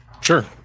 sure